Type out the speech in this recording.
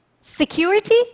Security